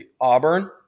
Auburn